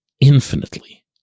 infinitely